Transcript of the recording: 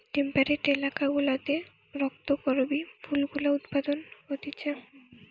temperate এলাকা গুলাতে রক্ত করবি ফুল গুলা উৎপাদন হতিছে